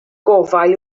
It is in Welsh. gofal